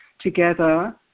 together